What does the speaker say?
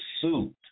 suit